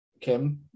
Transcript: Kim